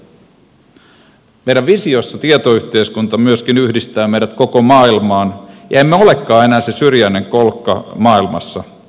meidän visiossa tietoyhteiskunta myöskin yhdistää meidät koko maailmaan ja emme olekaan enää se syrjäinen kolkka maailmassa